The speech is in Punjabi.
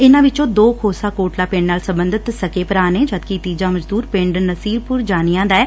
ਇਨੂਾਂ ਵਿੱਚੋ ਦੋ ਖੋਸਾ ਕੋਟਲਾ ਪਿੰਡ ਨਾਲ ਸਬੰਧਿਤ ਸਕੇ ਭਰਾ ਨੇ ਜਦਕਿ ਤੀਜਾ ਮਜ਼ਦੁਰ ਪਿੰਡ ਨਸੀਰਪੁਰ ਜਾਨੀਆਂ ਦਾ ਐ